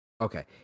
Okay